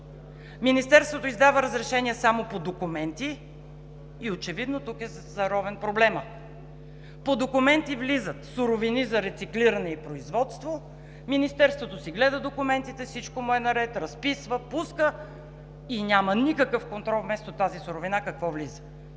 Министерството издава разрешение само по документи и очевидно тук е заровен проблемът. По документи влизат суровини за рециклиране и производство, Министерството си гледа документите и всичко му е наред – разписва, пуска и няма никакъв контрол какво влиза